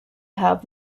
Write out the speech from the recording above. have